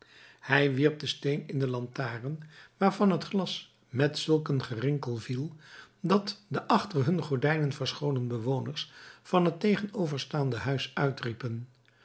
hij wierp den steen in de lantaarn waarvan het glas met zulk een gerinkel viel dat de achter hun gordijnen verscholen bewoners van het tegenoverstaande huis uitriepen